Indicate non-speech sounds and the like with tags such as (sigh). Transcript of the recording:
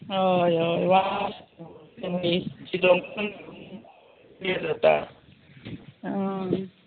हय हय वाड जाता (unintelligible)